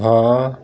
ਹਾਂ